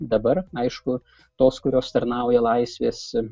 dabar aišku tos kurios tarnauja laisvės ir